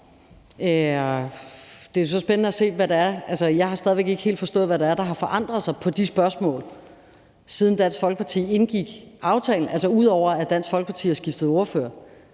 Jeg har så stadig væk ikke helt forstået, hvad det er, der har forandret sig i de spørgsmål, siden Dansk Folkeparti indgik aftalen – altså ud over at Dansk Folkeparti har skiftet ordfører.